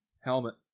Helmet